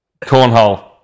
Cornhole